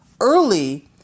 early